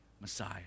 Messiah